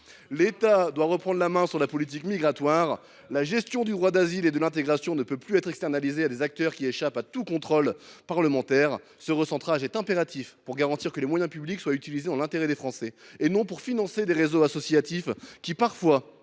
L’État doit reprendre la main sur la politique migratoire. La gestion du droit d’asile et de l’intégration ne peut plus être laissée à des acteurs qui échappent à tout contrôle parlementaire. Ce recentrage est impératif pour garantir que les moyens publics sont utilisés dans l’intérêt des Français plutôt que pour financer des réseaux associatifs qui parfois,